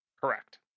Correct